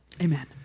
Amen